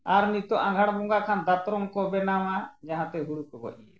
ᱟᱨ ᱱᱤᱛᱳᱜ ᱟᱸᱜᱷᱟᱲ ᱵᱚᱸᱜᱟ ᱠᱷᱟᱱ ᱫᱟᱛᱨᱚᱢ ᱠᱚ ᱵᱮᱱᱟᱣᱟ ᱡᱟᱦᱟᱸᱛᱮ ᱦᱩᱲᱩ ᱠᱚᱵᱚᱱ ᱤᱨᱟ